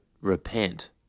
repent